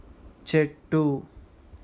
చెట్టు